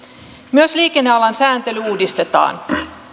myös liikennealan sääntely uudistetaan